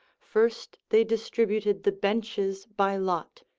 first they distributed the benches by lot,